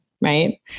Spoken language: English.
Right